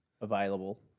available